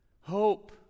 hope